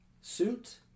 suit